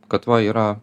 kad va yra